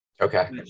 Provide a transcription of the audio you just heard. Okay